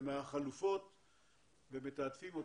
עם החלופות שאנחנו מתעדפים.